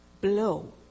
blow